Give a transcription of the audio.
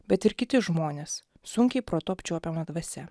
bet ir kiti žmonės sunkiai protu apčiuopiama dvasia